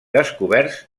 descoberts